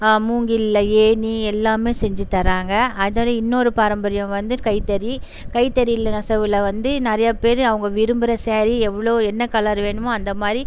மூங்கில்ல ஏணி எல்லாமே செஞ்சுத் தராங்கள் அதோடய இன்னோரு பாரம்பரியம் வந்து கைத்தறி கைத்தறி நெசவில் வந்து நிறையா பேர் அவங்க விரும்புகிற ஸேரீ எவ்வளோ என்ன கலர் வேணுமோ அந்தமாதிரி